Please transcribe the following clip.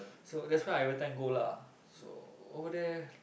so that's why I every time go lah so over there